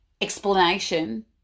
explanation